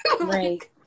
right